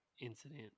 incident